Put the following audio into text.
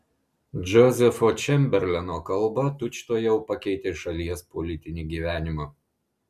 džozefo čemberleno kalba tučtuojau pakeitė šalies politinį gyvenimą